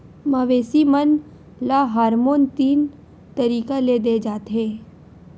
मवेसी मन ल हारमोन तीन तरीका ले दे जाथे